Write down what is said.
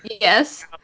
Yes